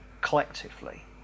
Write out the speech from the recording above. collectively